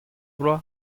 bloaz